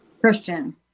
Christian